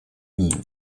wien